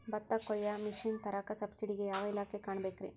ಭತ್ತ ಕೊಯ್ಯ ಮಿಷನ್ ತರಾಕ ಸಬ್ಸಿಡಿಗೆ ಯಾವ ಇಲಾಖೆ ಕಾಣಬೇಕ್ರೇ?